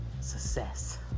success